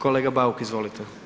Kolega Bauk izvolite.